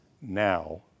now